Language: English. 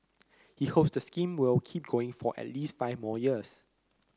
he hopes the scheme will keep going for at least five more years